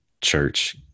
church